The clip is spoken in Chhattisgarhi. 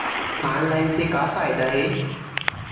ऑनलाइन से का फ़ायदा हे?